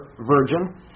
virgin